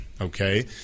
okay